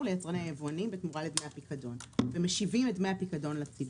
ליצרני היבואנים בתמורה לדמי הפיקדון ומשיבים את דמי הפיקדון לציבור.